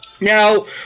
Now